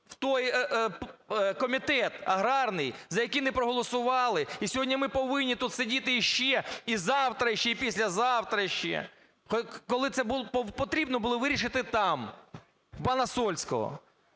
в той комітет аграрний, за які не проголосували, і сьогодні ми повинні тут сидіти ще, і завтра ще, і післязавтра ще, коли це потрібно було вирішити там, у пана Сольського.